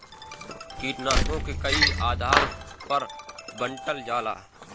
कीटनाशकों के कई आधार पर बांटल जाला